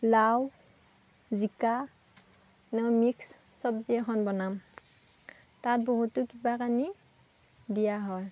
লাও জিকা মিক্স চবজি এখন বনাম তাত বহুতো কিবা কানি দিয়া হয়